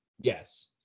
yes